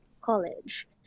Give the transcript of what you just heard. college